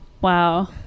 wow